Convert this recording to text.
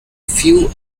few